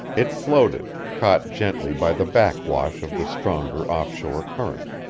it floated, caught gently by the back wash of the stronger off-shore current.